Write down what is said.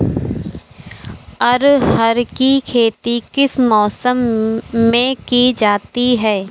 अरहर की खेती किस मौसम में की जाती है?